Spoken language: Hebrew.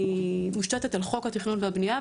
מושתתת על חוק התכנון והבנייה,